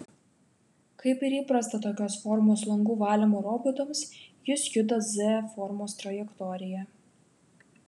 kaip ir įprasta tokios formos langų valymo robotams jis juda z formos trajektorija